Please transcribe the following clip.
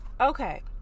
Okay